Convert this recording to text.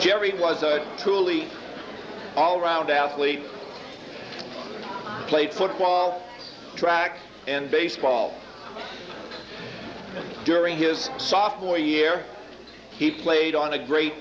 jerry was tooley all round athlete played football track and baseball during his sophomore year he played on a great